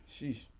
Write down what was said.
Sheesh